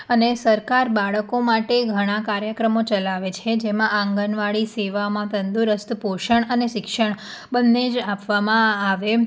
અને સરકાર બાળકો માટે ઘણા કાર્યક્રમો ચલાવે છે જેમાં આંગણવાડી સેવામાં તંદુરસ્ત પોષણ અને શિક્ષણ બંને જ આપવામાં આવે